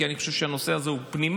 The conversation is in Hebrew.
כי אני חושב שהנושא הזה הוא פנימי,